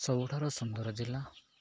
ସବୁଠାରୁ ସୁନ୍ଦର ଜିଲ୍ଲା